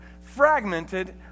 fragmented